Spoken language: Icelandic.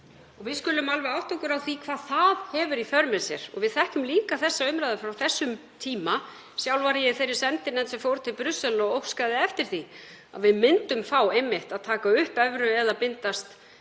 við skulum alveg átta okkur á því hvað það hefur í för með sér og við þekkjum líka þá umræðu frá þessum tíma. Sjálf var ég í þeirri sendinefnd sem fór til Brussel og óskaði eftir því að við myndum fá einmitt að taka upp evru eða bindast